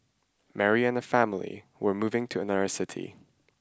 Mary and her family were moving to another city